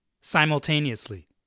simultaneously